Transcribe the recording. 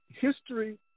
history